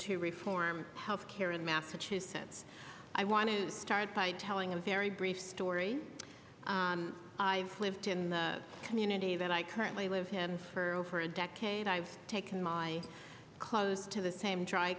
to reform health care in massachusetts i want to start by telling a very brief story i've lived in the community that i currently live him for over a decade i've taken my clothes to the same dry